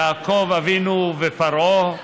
יעקב אבינו ופרעה,